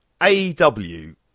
AEW